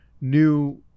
new